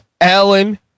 Alan